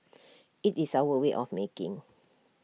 IT is our way of making